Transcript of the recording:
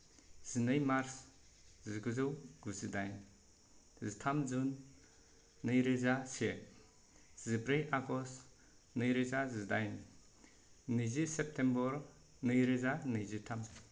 जिनै मार्च जिगुजौ गुजिदाइन जिथाम जुन नैरोजा से जिब्रै आगष्ट नैरोजा जिदाइन नैजि सेप्तेम्बर नैरोजा नैजिथाम